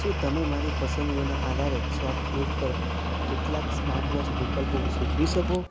શું તમે મારી પસંદગીઓના આધારે શોપક્લૂઝ પર કેટલાક સ્માટ વોચ વિકલ્પો સૂચવી શકો